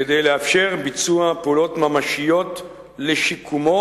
כדי לאפשר ביצוע פעולות ממשיות לשיקומו